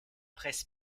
presse